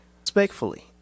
respectfully